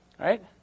right